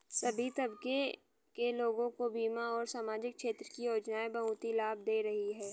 सभी तबके के लोगों को बीमा और सामाजिक क्षेत्र की योजनाएं बहुत ही लाभ दे रही हैं